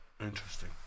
Interesting